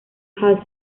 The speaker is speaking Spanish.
hall